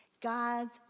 God's